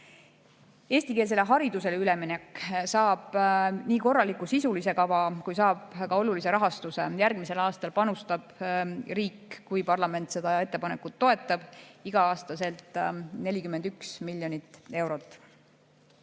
Eestikeelsele haridusele üleminek saab nii korraliku sisulise kava kui ka olulise rahastuse. Järgmisel aastal panustab riik, kui parlament seda ettepanekut toetab, sellesse igal aastal 41 miljonit eurot.